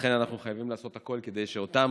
לכן אנחנו חייבים לעשות הכול כדי שאותם